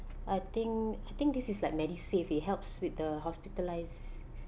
I think I think this is like MediSave it helps with the hospitalisation